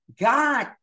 God